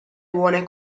buone